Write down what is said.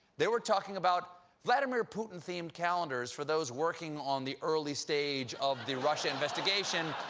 they were talking about vladimir putin-themed calendars for those working on the early stage of the russia investigation.